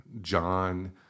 John